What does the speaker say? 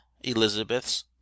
Elizabeth's